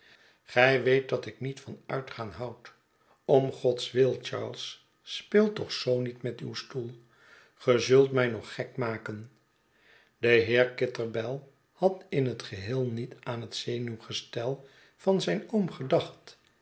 gij weet dat ik niet van uitgaan houd om gods wil charles speel toch zoo niet met uw stoelj ge zult mij nog gek maken de heer kitterbell had in het geheel niet aan het zenuwgestel van zijn oom gedacht